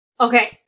Okay